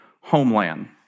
homeland